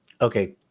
okay